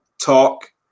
talk